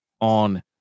on